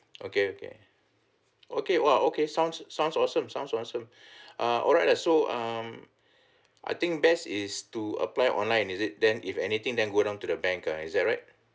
okay okay okay !wah! okay sounds sounds awesome sounds awesome ah alright lah so um I think best is to apply online is it then if anything then go down to the bank ah is that right